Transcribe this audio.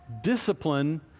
discipline